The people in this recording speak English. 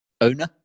Owner